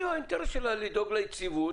האינטרס שלה לדאוג ליציבות,